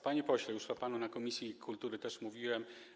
Panie pośle, już to panu w komisji kultury też mówiłem.